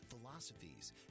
philosophies